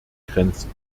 grenzen